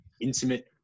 intimate